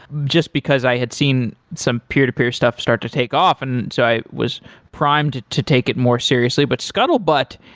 just because i had seen some peer-to-peer stuff start to take off. and so i was primed to take it more seriously. but scuttlebutt,